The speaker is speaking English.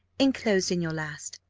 enclosed in your last.